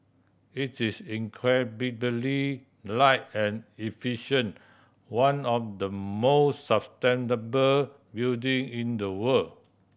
it's is incredibly light and efficient one of the more sustainable building in the world